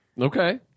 Okay